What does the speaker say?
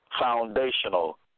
foundational